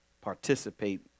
participate